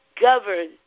govern